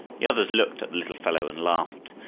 the others looked at the little fellow and laughed.